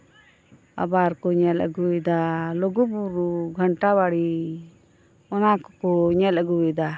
ᱟᱵᱟᱨ ᱠᱚ ᱧᱮᱞ ᱟᱹᱜᱩᱭᱫᱟ ᱞᱩᱜᱩ ᱵᱩᱨᱩ ᱜᱷᱟᱱᱴᱟ ᱵᱟᱲᱤ ᱚᱱᱟ ᱠᱚᱠᱚ ᱧᱮᱞ ᱟᱹᱜᱩᱭᱫᱟ